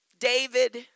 David